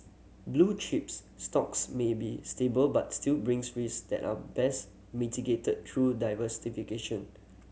blue chips stocks may be stable but still brings risk that are best mitigated through diversification